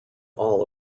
all